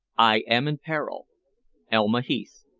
i am in peril elma heath.